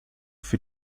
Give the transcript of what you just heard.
für